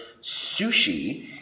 sushi